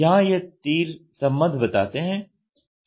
यहां यह तीर संबंध बताते हैं